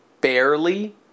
Barely